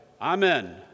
Amen